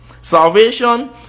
Salvation